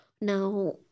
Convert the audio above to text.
now